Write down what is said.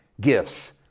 gifts